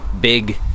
big